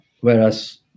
whereas